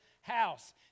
house